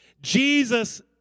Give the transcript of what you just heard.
Jesus